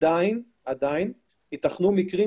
עדיין ייתכנו מקרים,